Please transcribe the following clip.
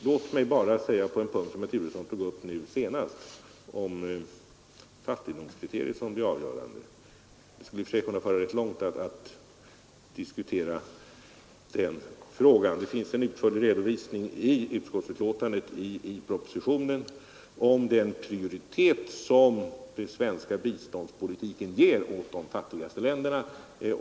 Låt mig bara med några ord beröra vad herr Turesson nu senast sade om fattigdomskriteriet som det avgörande. Det skulle i och för sig kunna föra rätt långt att diskutera den frågan. I utskottsbetänkandet och i propositionen ges en utförlig redovisning av den prioritet som den svenska biståndspolitiken ger åt de fattigaste länderna.